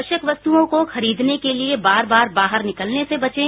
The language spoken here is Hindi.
आवश्यक वस्तुओं को खरीदने के लिए बार बार बाहर निकलने से बचें